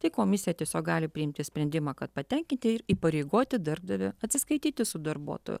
tai komisija tiesiog gali priimti sprendimą kad patenkinti ir įpareigoti darbdavį atsiskaityti su darbuotoju